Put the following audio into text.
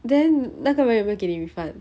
then 那个人有没有给你 refund